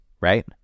Right